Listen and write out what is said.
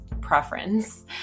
preference